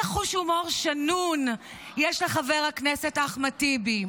חוש הומור שנון יש לחבר הכנסת אחמד טיבי.